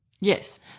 Yes